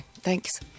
thanks